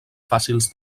fàcils